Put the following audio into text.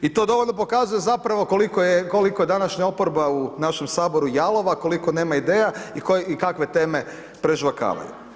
I to dovoljno pokazuje zapravo koliko je, koliko je današnja oporba u našem saboru jalova, koliko nema ideja i kakve teme prežvakavaju.